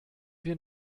wir